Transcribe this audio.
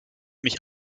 mich